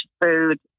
food